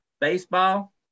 Baseball